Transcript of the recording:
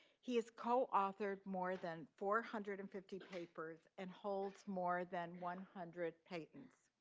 he has co-authored more than four hundred and fifty papers and holds more than one hundred patents.